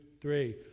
three